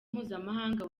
mpuzamahanga